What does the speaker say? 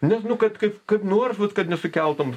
ne nu kad kaip nors vat kad nesukeltum